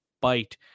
bite